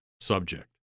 subject